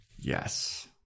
Yes